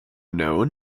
known